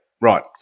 Right